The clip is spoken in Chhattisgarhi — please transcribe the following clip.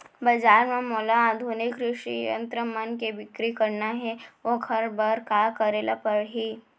बजार म मोला आधुनिक कृषि यंत्र मन के बिक्री करना हे ओखर बर का करे ल पड़ही?